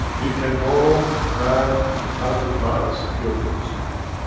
you can go and advertise your goods.